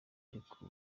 ariko